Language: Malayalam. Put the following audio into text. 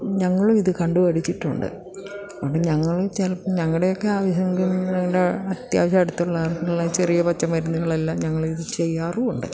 ഞങ്ങൾ ഇത് കണ്ടു പിടിച്ചിട്ടുണ്ട് അതുകൊണ്ട് ഞങ്ങൾ ചിലപ്പം ഞങ്ങളുടെയൊക്കെ ആവശ്യങ്ങൾ അത്യാവശ്യം അടുത്തുള്ള ആളുകൾ ചെറിയ പച്ച മരുന്നുകളെല്ലാം ഞങ്ങൾ ഇത് ചെയ്യാറുമുണ്ട്